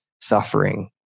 suffering